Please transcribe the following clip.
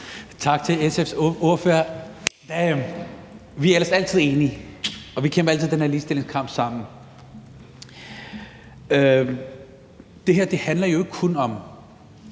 Tak til SF's ordfører. Vi er ellers altid enige, og vi kæmper altid den her ligestillingskamp sammen. Det her handler jo ikke kun om,